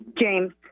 James